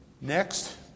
Next